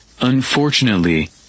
Unfortunately